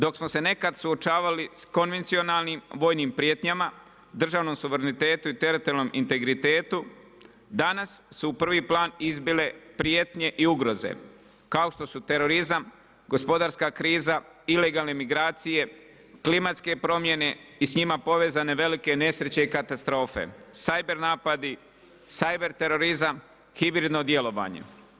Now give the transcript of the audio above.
Dok smo se nekada suočavali sa konvencionalnim vojnim prijetnjama državnom suverenitetu i teritorijalnom integritetu danas su u prvi plan izbile prijetnje i ugroze kao što su terorizam, gospodarska kriza, ilegalne migracije, klimatske promjene i s njima povezane velike nesreće i katastrofe, cyber napadi, cyber terorizam, hibridno djelovanje.